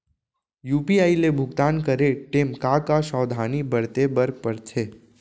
UPI ले भुगतान करे टेम का का सावधानी बरते बर परथे